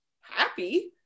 happy